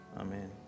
Amen